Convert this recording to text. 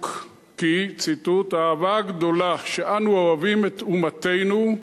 כי "האהבה הגדולה שאנו אוהבים את אומתנו,